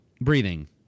breathing